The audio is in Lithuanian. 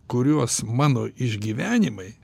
kuriuos mano išgyvenimai